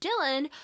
Dylan